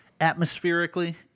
atmospherically